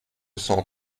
cent